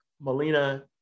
Melina